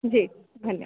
जी धन्यवाद